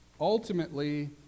ultimately